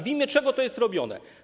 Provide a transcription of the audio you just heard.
W imię czego to jest robione?